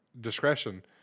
discretion